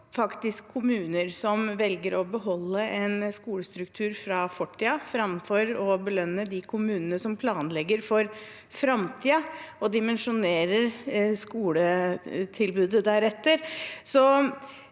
Det belønner kommuner som velger å beholde en skolestruktur fra fortiden, framfor å belønne de kommunene som planlegger for framtiden, og som dimensjonerer skoletilbudet deretter.